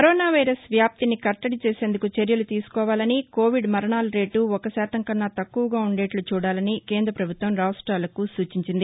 corona virus వ్యాప్తిని కట్టడి చేసేందుకు చర్యలు తీసుకోవాలని కోవిడ్ మరణాల రేటు ఒక శాతం కన్నా తక్కువగా ఉండేటట్ల చూడాలని కేంద్ర ప్రభుత్వం రాష్టాలకు సూచించింది